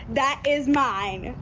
that is mine.